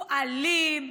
הוא אלים,